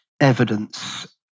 evidence